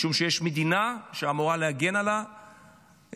משום שיש מדינה שאמורה להגן על האזרחים,